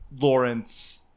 Lawrence